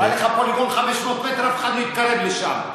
היה לך פוליגון 500 מטר, אף אחד לא התקרב לשם.